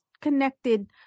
connected